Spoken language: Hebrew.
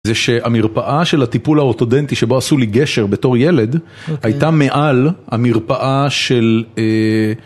זה שהמרפאה של הטיפול האורתודנטי שבו עשו לי גשר בתור ילד הייתה מעל המרפאה של...